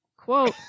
quote